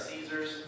Caesar's